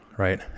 Right